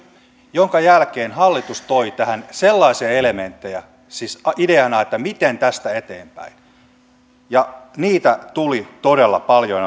minkä jälkeen hallitus toi tähän elementtejä siis ideana että miten tästä eteenpäin niitä tuli todella paljon